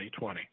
2020